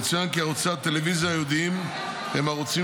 יצוין כי ערוצי הטלוויזיה הייעודיים הם ערוצים